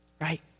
right